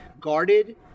guarded